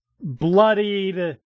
bloodied